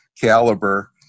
caliber